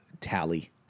tally